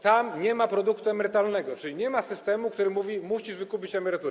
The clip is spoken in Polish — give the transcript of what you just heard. Tam nie ma produktu emerytalnego, czyli nie ma systemu, który mówi: musisz wykupić emeryturę.